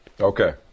Okay